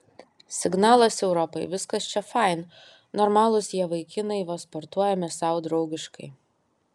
signalas europai viskas čia fain normalūs jie vaikinai va sportuojame sau draugiškai